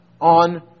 on